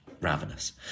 Ravenous